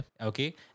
Okay